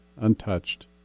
untouched